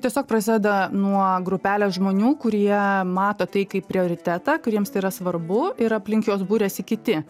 tiesiog prasideda nuo grupelės žmonių kurie mato tai kaip prioritetą kuriems tai yra svarbu ir aplink juos buriasi kiti